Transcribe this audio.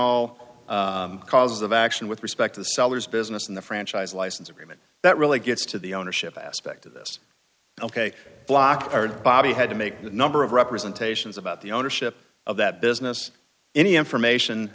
all causes of action with respect to the seller's business and the franchise license agreement that really gets to the ownership aspect of this ok block third bobby had to make a number of representations about the ownership of that business any information